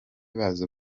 bazo